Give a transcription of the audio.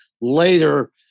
later